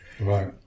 Right